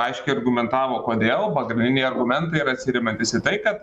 aiškiai argumentavo kodėl pagrindiniai argumentai yra atsiremiantys į tai kad